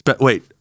wait